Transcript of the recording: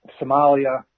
Somalia